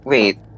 Wait